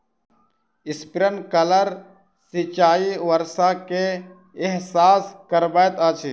sprinkler सिचाई वर्षा के एहसास करबैत अछि